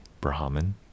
Brahman